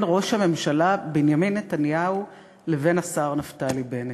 ראש הממשלה בנימין נתניהו לבין השר נפתלי בנט.